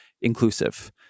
inclusive